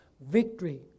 victory